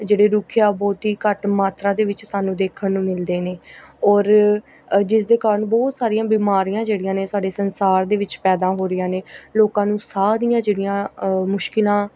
ਜਿਹੜੇ ਰੁੱਖ ਆ ਉਹ ਬਹੁਤ ਹੀ ਘੱਟ ਮਾਤਰਾ ਦੇ ਵਿੱਚ ਸਾਨੂੰ ਦੇਖਣ ਨੂੰ ਮਿਲਦੇ ਨੇ ਔਰ ਜਿਸ ਦੇ ਕਾਰਨ ਬਹੁਤ ਸਾਰੀਆਂ ਬਿਮਾਰੀਆਂ ਜਿਹੜੀਆਂ ਨੇ ਸਾਡੇ ਸੰਸਾਰ ਦੇ ਵਿੱਚ ਪੈਦਾ ਹੋ ਰਹੀਆਂ ਨੇ ਲੋਕਾਂ ਨੂੰ ਸਾਹ ਦੀਆਂ ਜਿਹੜੀਆਂ ਮੁਸ਼ਕਿਲਾਂ